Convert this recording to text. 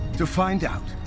to find out,